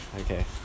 Okay